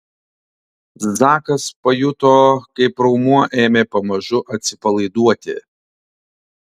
zakas pajuto kaip raumuo ėmė pamažu atsipalaiduoti